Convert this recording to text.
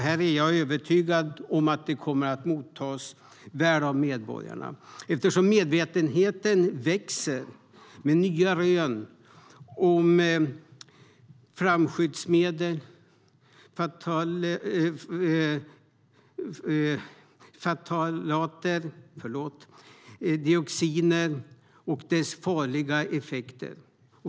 Här är jag övertygad om att den skatten kommer att mottas väl av medborgarna eftersom medvetenheten växer med nya rön om flamskyddsmedel, ftalater och dioxiner och deras farliga effekter.